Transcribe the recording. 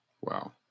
Wow